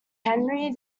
henry